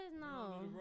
no